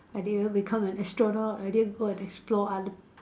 I didn't become an astronaut I didn't go and explore other